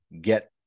get